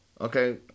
Okay